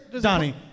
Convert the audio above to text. Donnie